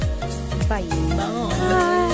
Bye